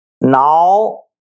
Now